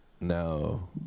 No